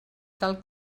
tal